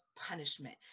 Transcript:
punishment